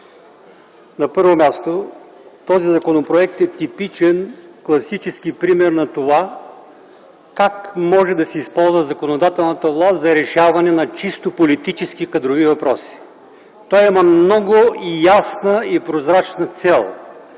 На първо място, този законопроект е типичен класически пример на това как може да се използва законодателната власт за решаване на чисто политически кадрови въпроси. Той има много ясна и прозрачна цел.